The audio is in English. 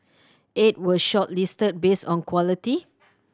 eight were shortlisted based on quality